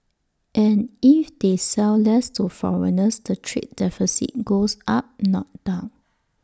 and if they sell less to foreigners the trade deficit goes up not down